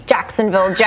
Jacksonville